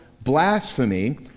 blasphemy